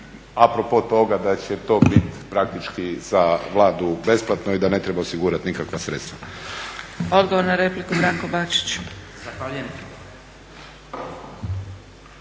a propos toga da će to biti praktički za Vladu besplatno i da ne treba osigurati nikakva sredstva. **Zgrebec, Dragica